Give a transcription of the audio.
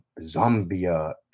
Zambia